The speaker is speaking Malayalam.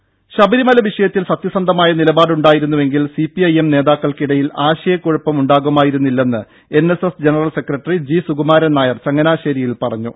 ദ്ദേ ശബരിമല വിഷയത്തിൽ സത്യസന്ധമായ നിലപാട് ഉണ്ടായിരുന്നുവെങ്കിൽ സിപിഐഎം നേതാക്കൾക്കിടയിൽ ആശയക്കുഴപ്പം ഉണ്ടാകുമായിരു ന്നില്ലെന്ന് N S S general secretary G Sukumaran Nair ചങ്ങനാശ്ശേരിയിൽ പറഞ്ഞു